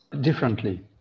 differently